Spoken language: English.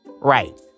Right